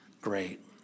great